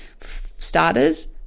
starters